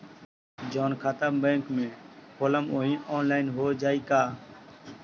जवन खाता बैंक में खोलम वही आनलाइन हो जाई का?